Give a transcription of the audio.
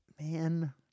man